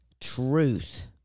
truth